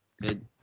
good